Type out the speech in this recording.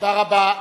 תודה רבה.